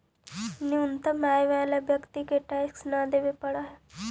न्यूनतम आय वाला व्यक्ति के टैक्स न देवे पड़ऽ हई